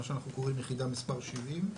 מה שאנחנו קוראים יחידה מספר 70,